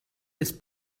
ist